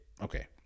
okay